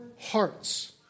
hearts